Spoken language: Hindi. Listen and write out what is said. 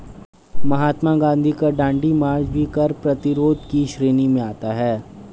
महात्मा गांधी का दांडी मार्च भी कर प्रतिरोध की श्रेणी में आता है